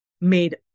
made